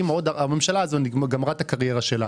הממשלה הזו גמרה את הקריירה שלה,